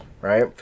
right